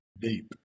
deep